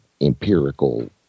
empirical